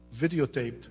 videotaped